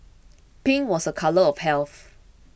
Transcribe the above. pink was a colour of health